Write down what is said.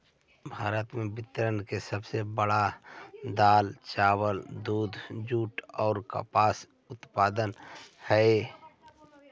भारत विश्व के सब से बड़ा दाल, चावल, दूध, जुट और कपास उत्पादक हई